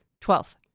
Twelfth